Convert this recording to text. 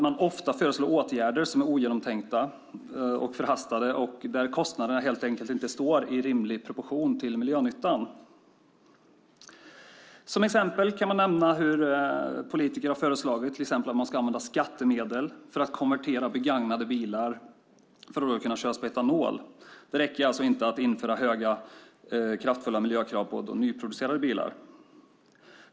Man föreslår ofta åtgärder som är ogenomtänkta och förhastade där kostnaderna helt enkelt inte står i rimlig proportion till miljönyttan. Som exempel kan man nämna att politiker föreslagit att man till exempel ska använda skattemedel för att konvertera begagnade bilar till att köras på etanol. Det räcker alltså inte att införa höga kraftfulla miljökrav på nyproducerade bilar.